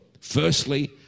Firstly